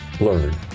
learn